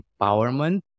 empowerment